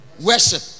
worship